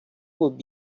would